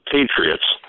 Patriots